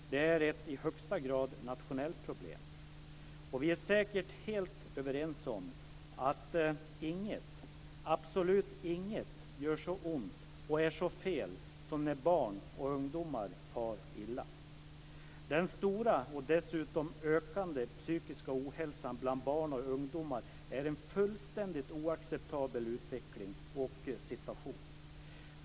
Det är ett i högsta grad nationellt problem. Vi är säkert helt överens om att absolut inget gör så ont och är så fel som när barn och ungdomar far illa. Den stora och dessutom ökande psykiska ohälsan bland barn och ungdomar är en fullständigt oacceptabel utveckling och situation.